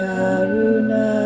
Karuna